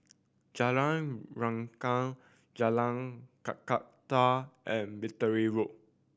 Jalan Rengkam Jalan Kakatua and Battery Road